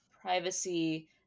privacy